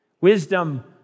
Wisdom